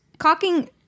cocking